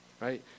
right